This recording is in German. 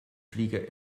flieger